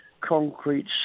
concrete